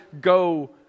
go